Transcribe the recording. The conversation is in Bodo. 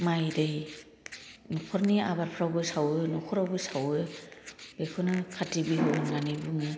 माय दै नखरनि आबादफोरावबो सावो नखराव सावो बेखौनो काटि बिहु होनना बुङो